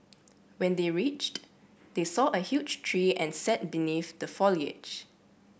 when they reached they saw a huge tree and sat beneath the foliage